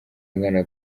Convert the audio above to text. angana